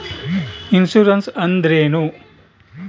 Insurance ಅಂದ್ರೇನು?